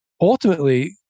ultimately